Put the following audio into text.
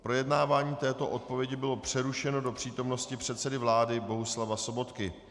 Projednávání této odpovědi bylo přerušeno do přítomnosti předsedy vlády Bohuslava Sobotky.